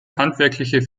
handwerkliche